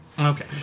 Okay